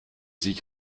sich